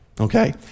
okay